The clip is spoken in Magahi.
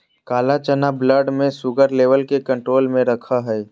काला चना ब्लड में शुगर लेवल के कंट्रोल में रखैय हइ